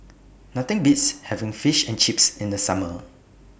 Nothing Beats having Fish and Chips in The Summer